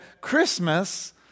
Christmas